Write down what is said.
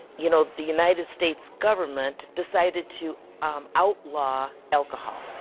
you know, the united states government decided to um outlaw alcohol.